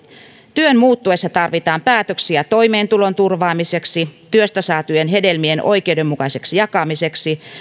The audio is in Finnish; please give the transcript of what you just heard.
työn muuttuessa tarvitaan päätöksiä toimeentulon turvaamiseksi ja työstä saatujen hedelmien oikeudenmukaiseksi jakamiseksi